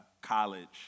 college